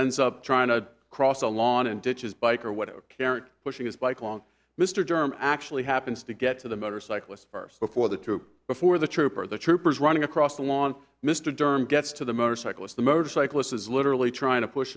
ends up trying to cross a lawn and ditches bike or whatever character pushing his bike along mr durham actually happens to get to the motorcyclist first before the two before the trooper the troopers running across the lawn mr durham gets to the motorcyclist the motorcyclist is literally trying to push